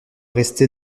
rester